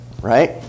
Right